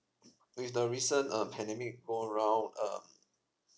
with the recent uh pandemic go around um